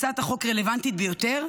הצעת החוק רלוונטית ביותר.